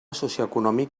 socioeconòmic